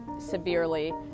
severely